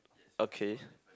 okay